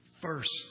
First